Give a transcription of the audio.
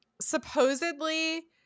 supposedly